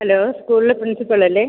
hello സ്കൂളിലെ പ്രിൻസിപ്പളല്ലേ